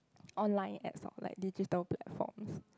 online apps for like digital platforms